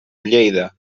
lleida